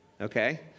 Okay